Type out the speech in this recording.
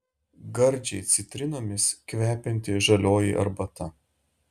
gardžiai citrinomis kvepianti žalioji arbata